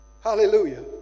Hallelujah